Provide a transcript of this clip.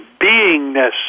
beingness